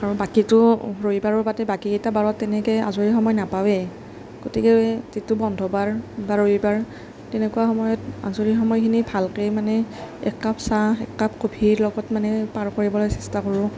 আৰু বাকীতো ৰবিবাৰৰ বাদে বাকীকেইটা বাৰত তেনেকৈ আজৰি সময় নাপাওঁৱেই গতিকে যিটো বন্ধ বাৰ বা ৰবিবাৰ তেনেকুৱা সময়ত আজৰি সময়খিনি ভালকৈ মানে একাপ চাহ একাপ কফিৰ লগত মানে পাৰ কৰিবলৈ চেষ্টা কৰোঁ